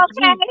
okay